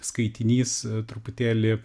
skaitinys truputėlį